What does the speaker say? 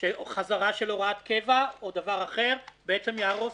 שחזרה של הוראת קבע או דבר אחר בעצם תהרוס